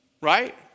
right